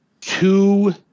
two